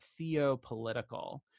theopolitical